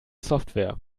software